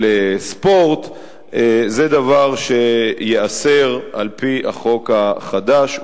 ספורט זה דבר שייאסר על-פי החוק החדש,